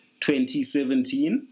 2017